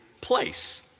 place